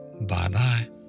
Bye-bye